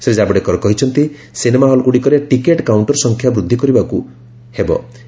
ଶ୍ରୀ ଜାବଡେକର କହିଛନ୍ତି ସିନେମା ହଲ୍ଗୁଡ଼ିକରେ ticket counter ସଂଖ୍ୟା ବୃଦ୍ଧି କରିବାକୁ ମଧ୍ୟ କୁହାଯାଇଛି